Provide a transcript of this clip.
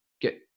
get